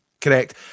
Correct